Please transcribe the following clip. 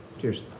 Cheers